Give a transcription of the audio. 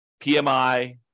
PMI